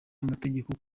amategeko